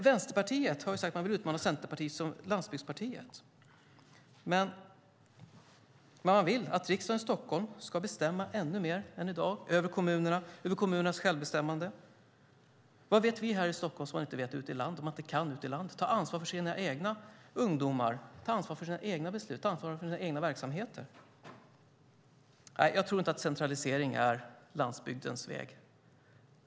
Vänsterpartiet har sagt att man vill utmana Centerpartiet som landsbygdspartiet. Men man vill att riksdagen i Stockholm ska bestämma ännu mer än i dag över kommunerna och över kommunernas självbestämmande. Vad vet vi här i Stockholm som man inte vet ute i landet och som man inte kan ute i landet när det gäller att ta ansvar för sina egna ungdomar, sina egna beslut och sina egna verksamheter? Jag tror inte att centralisering är landsbygdens väg.